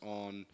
on